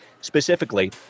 Specifically